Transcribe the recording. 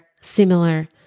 similar